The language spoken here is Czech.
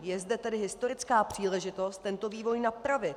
Je zde tedy historická příležitost tento vývoj napravit.